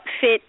fit